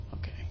Okay